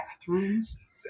bathrooms